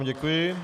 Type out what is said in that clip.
Děkuji.